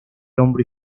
hombro